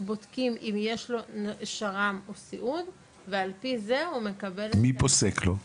בודקים אם יש לו שר"ם או סיעוד ועל פי זה הוא מקבל --- מי פוסק לו?